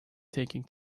taking